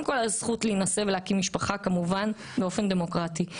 הזכות להינשא ולהקים משפחה, כמובן, באופן דמוקרטי.